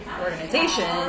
organization